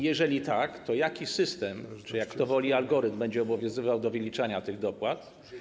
Jeżeli tak, to jaki system, czy jak kto woli, algorytm będzie obowiązywał do wyliczania tych dopłat?